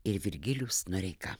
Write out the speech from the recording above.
ir virgilijus noreika